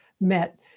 met